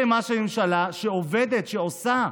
שנה שלמה של ממשלה שעובדת, שעושה,